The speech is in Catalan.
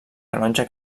canonge